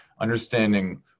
understanding